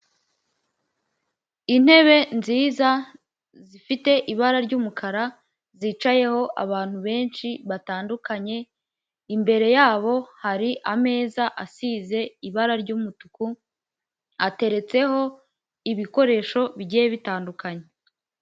Intebe nziza zifite ibara ry'umukara, zicayeho abantu benshi batandukanye, imbere yabo hari ameza asize ibara ry'umutuku, ateretseho ibikoresho bigiye bitandukanye.